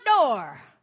door